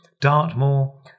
Dartmoor